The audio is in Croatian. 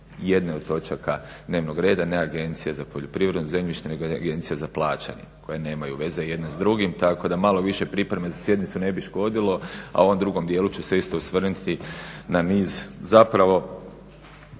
jedne od točaka dnevnog reda, ne Agencije za poljoprivredno zemljište nego Agencije za plaćanje koje nemaju veze jedne s drugim, tako da malo više pripreme za sjednicu ne bi škodilo, a u ovom drugom dijelu ću se isto osvrnuti na niz zapravo